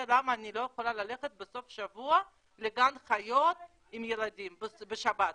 אני לא יכולה ללכת בסוף שבוע לגן חיות עם הילדים בשבת,